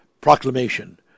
proclamation